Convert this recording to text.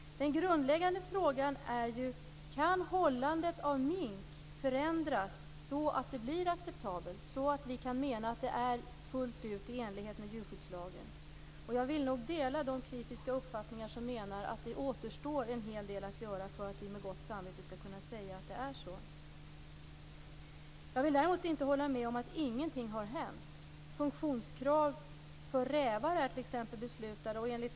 Den grundläggande frågan är om hållande av mink kan förändras så att det blir fullt ut acceptabelt i enlighet med djurskyddslagen. Jag delar de kritiska uppfattningar som menar att det återstår en hel del att göra för att vi med gott samvete skall kunna säga att det är så. Jag vill däremot inte hålla med om att ingenting har hänt. Funktionskrav för rävar har beslutats.